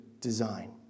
design